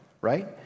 right